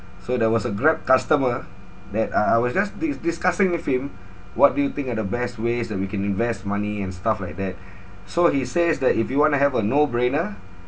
so there was a grab customer that I I was just dis~ discussing with him what do you think are the best ways that we can invest money and stuff like that so he says that if you want to have a no brainer